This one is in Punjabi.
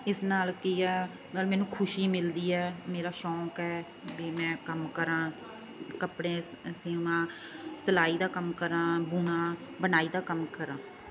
ਇਸ ਨਾਲ ਕੀ ਆ ਪਰ ਮੈਨੂੰ ਖੁਸ਼ੀ ਮਿਲਦੀ ਹੈ ਮੇਰਾ ਸ਼ੌਂਕ ਹੈ ਵੀ ਮੈਂ ਕੰਮ ਕਰਾਂ ਕੱਪੜੇ ਸਿਉਵਾਂ ਸਿਲਾਈ ਦਾ ਕੰਮ ਕਰਾਂ ਬੁਣਾ ਬਣਾਈ ਦਾ ਕੰਮ ਕਰਾਂ